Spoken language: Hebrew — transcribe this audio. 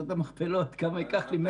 תעשה את המכפלות כמה זמן ייקח לי.